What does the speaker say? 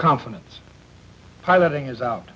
confidence piloting is out